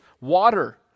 water